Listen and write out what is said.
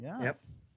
yes